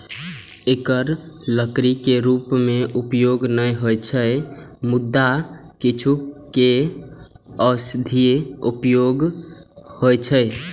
एकर लकड़ी के रूप मे उपयोग नै होइ छै, मुदा किछु के औषधीय उपयोग होइ छै